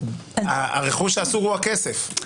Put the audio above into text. הרכוש שאסור הוא הכסף.